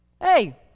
Hey